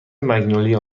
مگنولیا